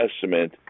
Testament